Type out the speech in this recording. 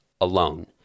alone